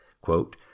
quote